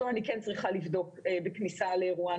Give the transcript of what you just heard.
אותו אני כן צריכה לבדוק בכניסה לאירוע.